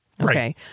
Okay